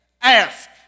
Ask